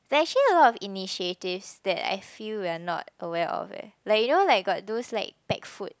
there's actually a lot of initiatives that I feel we are not aware of eh like you know like got those packed food